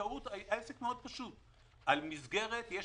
בבנקאות העסק פשוט מאוד: על מסגרת יש